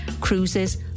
cruises